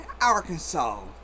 Arkansas